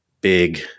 big